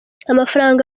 amafaranga